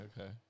okay